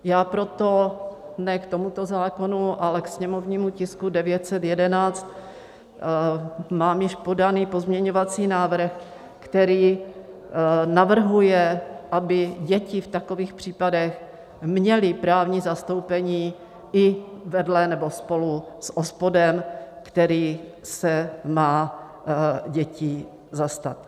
Já proto ne k tomuto zákonu, ale ke sněmovnímu tisku 911 mám již podaný pozměňovací návrh, který navrhuje, aby děti v takových případech měly právní zastoupení i vedle nebo spolu s OSPODem, který se má dětí zastat.